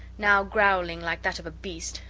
now growling like that of a beast,